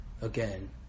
again